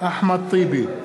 אחמד טיבי,